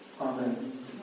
Amen